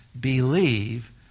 believe